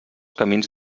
camins